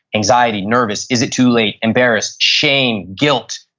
anxiety. nervous. is it too late? embarrassed. shame. guilt.